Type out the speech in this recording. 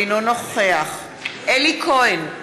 אינו נוכח אלי כהן,